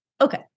Okay